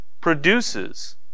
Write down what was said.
produces